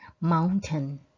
mountain